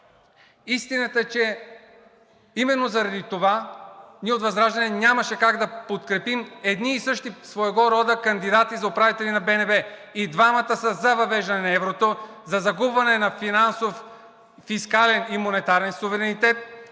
Истината е, че именно заради това ние от ВЪЗРАЖДАНЕ нямаше как да подкрепим едни и същи своего рода кандидати за управители на БНБ – и двамата са за въвеждане на еврото, за загубване на финансов, фискален и монетарен суверенитет,